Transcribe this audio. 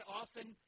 often